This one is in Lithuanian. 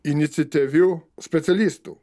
iniciatyvių specialistų